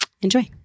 Enjoy